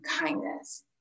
kindness